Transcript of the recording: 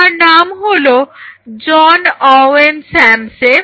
তার নাম হলো জন অওয়েন স্যামসে